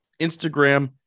Instagram